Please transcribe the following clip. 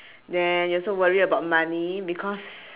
then you also worry about money because